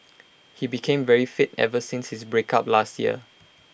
he became very fit ever since his breakup last year